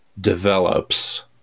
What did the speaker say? develops